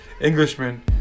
Englishman